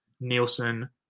Nielsen